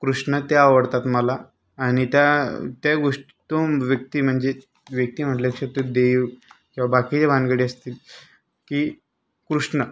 कृष्ण ते आवडतात मला आणि त्या त्या गोष्ट तो व्यक्ती म्हणजे व्यक्ती म्हटल्यापेक्षा देव किंवा बाकीच्या भानगडी असतील की कृष्ण